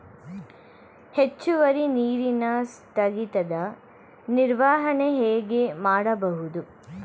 ಹೆಚ್ಚುವರಿ ನೀರಿನ ಸ್ಥಗಿತದ ನಿರ್ವಹಣೆ ಹೇಗೆ ಮಾಡಬಹುದು?